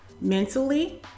mentally